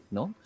no